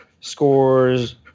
scores